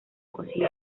consiguió